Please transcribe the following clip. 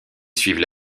suivent